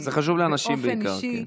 זה חשוב לאנשים בעיקר.